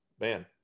Man